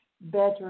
better